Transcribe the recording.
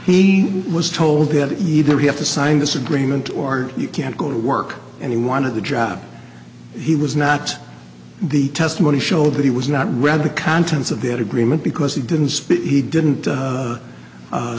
he was told that either we have to sign this agreement or you can't go to work and he wanted the job he was not the testimony show that he was not read the contents of the agreement because he didn't